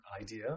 idea